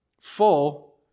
Full